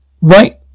right